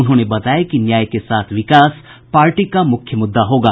उन्होंने बताया कि न्याय के साथ विकास पार्टी का मुख्य मुद्दा होगा